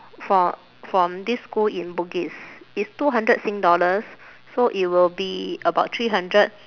fro~ from this school in bugis it's two hundred sing dollars so it will be about three hundred